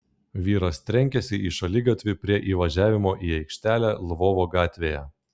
vyras trenkėsi į šaligatvį prie įvažiavimo į aikštelę lvovo gatvėje